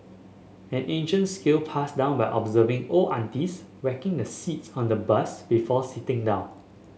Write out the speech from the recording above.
an ancient skill passed down by observing old aunties whacking the seats on the bus before sitting down